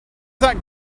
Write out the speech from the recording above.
that